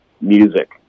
music